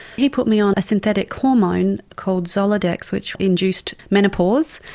he put me on a synthetic hormone called zoladex which induced menopause,